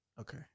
Okay